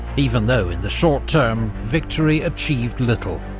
even though in the short term, victory achieved little.